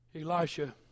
Elisha